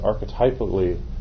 archetypally